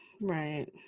Right